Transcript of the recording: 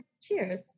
Cheers